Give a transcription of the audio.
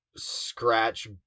scratch